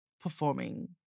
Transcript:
performing